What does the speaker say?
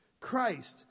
Christ